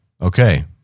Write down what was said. okay